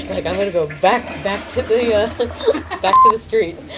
like i'm gonna go back back to the ah back to the street.